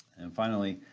and finally,